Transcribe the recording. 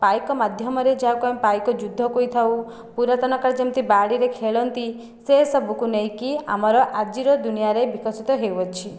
ପାଇକ ମାଧ୍ୟମରେ ଯାହାକୁ ଆମେ ପାଇକ ଯୁଦ୍ଧ କହିଥାଉ ପୁରାତନ କାଳରେ ଯେମିତି ବାଡ଼ିରେ ଖେଳନ୍ତି ସେ ସବୁକୁ ନେଇକି ଆମର ଆଜିର ଦୁନିଆରେ ବିକଶିତ ହେଉଅଛି